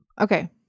Okay